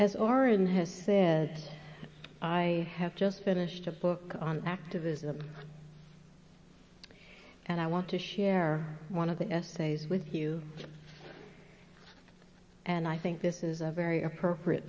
as orrin has said i have just finished a book on activism and i want to share one of the essays with you and i think this is a very appropriate